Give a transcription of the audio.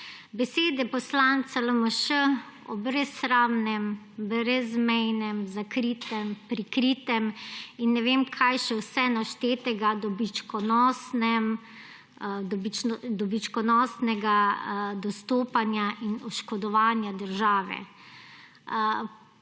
Besede poslanca LMŠ o brezsramnem, brezmejnem, zakritem, prikritem in ne vem kaj vse še, dobičkonosnem dostopanju in oškodovanju države.